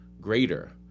greater